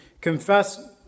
confess